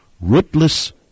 rootless